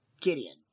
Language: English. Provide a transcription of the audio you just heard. Gideon